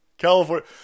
California